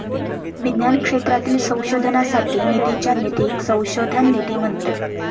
विज्ञान क्षेत्रातील संशोधनासाठी निधीच्या निधीक संशोधन निधी म्हणतत